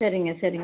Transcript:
சரிங்க சரிங்க